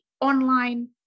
online